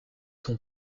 sont